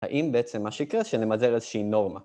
האם בעצם מה שיקרה, שנמדל איזושהי נורמה?